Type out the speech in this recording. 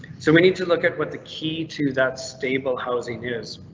so we need to look at what the key to that stable housing news.